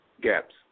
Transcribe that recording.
gaps